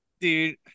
Dude